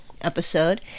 episode